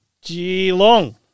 G-Long